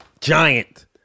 giant